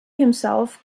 himself